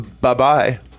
Bye-bye